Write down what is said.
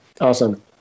Awesome